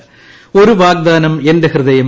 ഒരു വാഗ്ദാനം എന്റെ ഹൃദയം